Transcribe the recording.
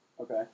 okay